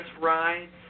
rides